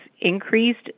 increased